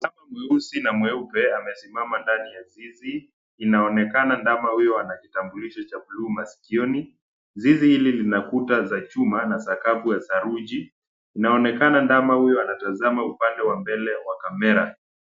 Ndama mweusi na mweupe amesimama ndani ya zizi. Inaonekana Ndama huyu ana kitambulisho cha bluu maskioni. Zizi hili lina kuta za chuma na sakafu ya saruji. inaonekana Ndama huyu anatazama upande wa mbele wa kamera.